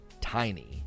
tiny